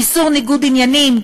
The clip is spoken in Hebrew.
איסור ניגוד עניינים,